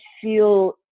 feel